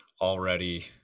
already